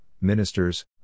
ministers